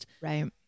Right